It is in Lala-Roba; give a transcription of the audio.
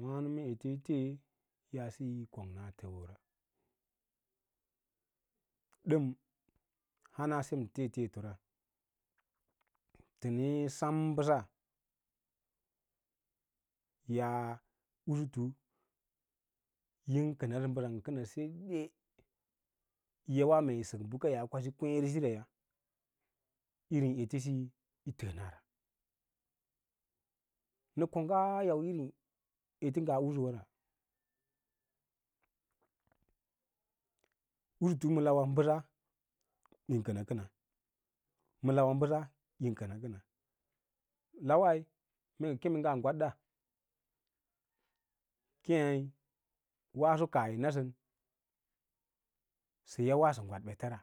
Wǎno mee ete yi yaasiyi yi kong naa təə wora, ɗəm haba sem tetetora təne sam bəsa yas usu yīm kənasə bəsan kəna sede yi yawa yi sək bə kiyaa kwasi kwěěresī rawa irín ete siyi yi təə nara nə kongga yauwo trin ete dǐyiwara usutu mala bəsa yím kənakəna ma lawa bəsa yin kəna kəna lawai mee ngə kem ngaa gwadda kěěi waso kaah yi nasən sə yawa sə gwal ɓeta ra.